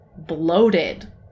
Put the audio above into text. Bloated